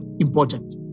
important